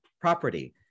property